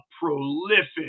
prolific